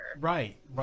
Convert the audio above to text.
right